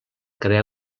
crear